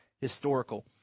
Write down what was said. historical